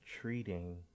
treating